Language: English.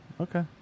okay